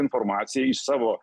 informaciją iš savo